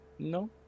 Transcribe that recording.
No